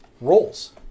roles